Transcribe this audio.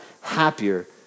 happier